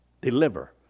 deliver